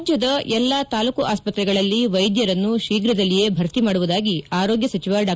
ರಾಜ್ಯದ ಎಲ್ಲಾ ತಾಲೂಕ್ ಆಸ್ಪತ್ರೆಗಳಲ್ಲಿ ವೈದ್ಯರನ್ನು ಶೀಘದಲ್ಲಿಯೇ ಭರ್ತಿ ಮಾಡುವುದಾಗಿ ಆರೋಗ್ಯ ಸಚಿವ ಡಾ